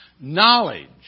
knowledge